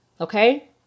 Okay